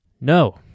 No